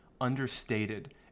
understated